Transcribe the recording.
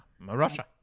Russia